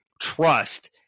trust